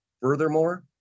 furthermore